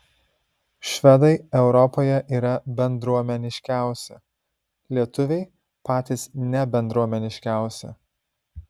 švedai europoje yra bendruomeniškiausi lietuviai patys nebendruomeniškiausi